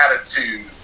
attitude